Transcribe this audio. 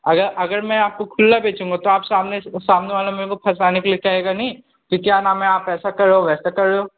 अगर अगर मैं आपको खुल्ला बेचूँगा तो आप सामने से ओ सामने वाला मेरे को फसाने के लिए कहेगा नहीं कि क्या नाम है आप ऐसा कर रहे वैसा कर रहे हो